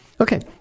Okay